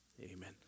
amen